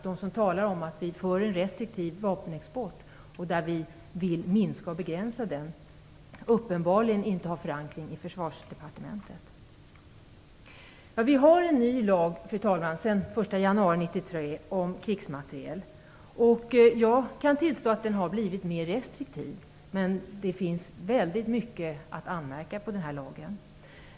De som talar om att vi har en restriktiv vapenexport och att vi vill minska och begränsa den har uppenbarligen inte förankring i Försvarsdepartementet. Sedan den 1 januari 1993 har vi en ny lag om krigsmateriel. Jag kan tillstå att den har blivit mer restriktiv än tidigare, men det finns väldigt mycket att anmärka på den.